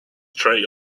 tray